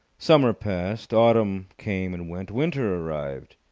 summer passed. autumn came and went. winter arrived.